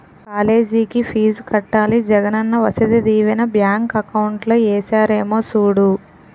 కాలేజికి ఫీజు కట్టాలి Jagananna Vasathi Deevena bank account లో ఏసారేమో సూడు